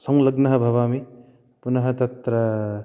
संलग्नः भवामि पुनः तत्र